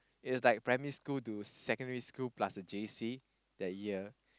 it's like primary school to secondary school plus J_C the year